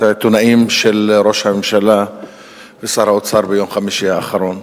העיתונאים של ראש הממשלה ושר האוצר ביום חמישי האחרון,